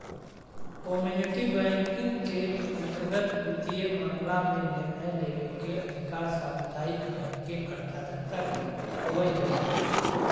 community banking के अंतर्गत वित्तीय मामला में निर्णय लेवे के अधिकार सामुदायिक बैंक के कर्ता धर्ता के होवऽ हइ